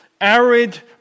arid